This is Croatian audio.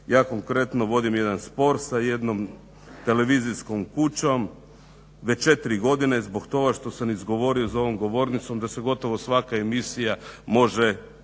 Ja konkretno vodim jedan spor sa jednom televizijskom kućom već 4 godine zbog toga što sam izgovorio za ovom govornicom da se gotovo svaka emisija može